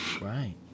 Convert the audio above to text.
right